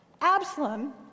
Absalom